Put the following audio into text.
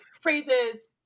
phrases